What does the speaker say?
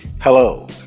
Hello